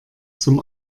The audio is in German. zum